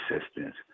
assistance